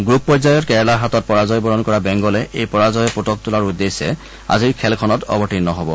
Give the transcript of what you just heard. group পৰ্যায়ত কেৰালাৰ হাতত পৰাজয় বৰণ কৰা বেংগলে এই পৰাজয়ৰ পোতক তোলাৰ উদ্দেশ্যে আজিৰ খেলখনত অৱতীৰ্ণ হব